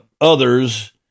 others